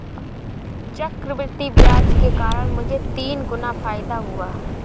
चक्रवृद्धि ब्याज के कारण मुझे तीन गुना फायदा हुआ